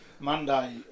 Monday